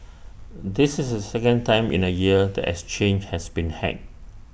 this is second time in A year the exchange has been hacked